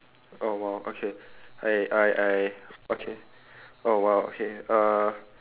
oh !wow! okay I I I okay oh !wow! okay uh